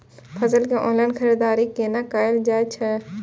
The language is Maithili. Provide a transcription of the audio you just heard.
फसल के ऑनलाइन खरीददारी केना कायल जाय छै?